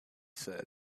said